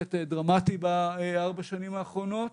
בהחלט דרמטי בארבע השנים האחרונות.